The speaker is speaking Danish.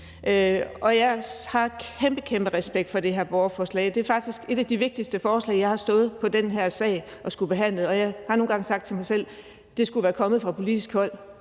Jeg har kæmpe, kæmpe respekt for det her borgerforslag. Det er faktisk et af de vigtigste forslag i den her sag, jeg har stået og skullet behandle, og jeg har nogle gange sagt til mig selv: Det skulle være kommet fra politisk hold.